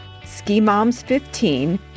SKIMOMS15